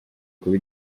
kuba